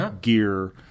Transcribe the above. gear